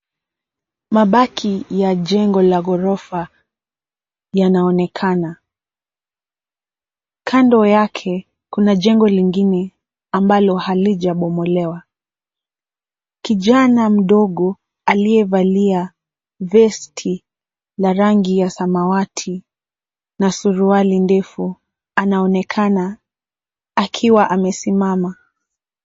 Mabaki ya jengo la ghorofa yanaonekana. Kando yake kuna jengo lingine ambalo halijabomolewa. Kijana mdogo aliyevalia vesti la rangi ya samawati na suruali ndefu anaonekana akiwa amesimama.